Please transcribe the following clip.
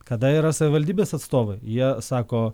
kada yra savivaldybės atstovai jie sako